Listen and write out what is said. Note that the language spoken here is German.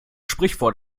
sprichwort